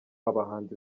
abahanzi